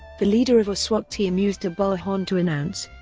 the leader of a swat team used a bullhorn to announce,